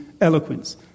eloquence